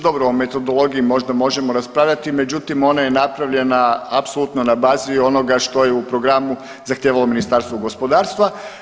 Dobro, u metodologiji možda možemo raspravljati, međutim, ona je napravljena apsolutno na bazi onoga što je u programu zahtijevalo Ministarstvo gospodarstva.